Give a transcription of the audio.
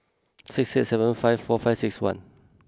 six six seven five four five six one